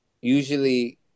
usually